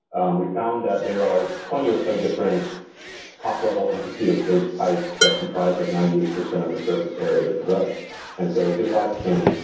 and we found that there are twenty or so different top level entity or page types that comprise like ninety eight percent of the surface area. but and so diffbot can,